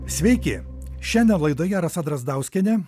sveiki šiandien laidoje rasa drazdauskienė